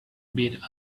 beat